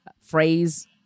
phrase